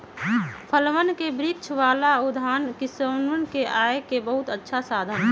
फलवन के वृक्ष वाला उद्यान किसनवन के आय के बहुत अच्छा साधन हई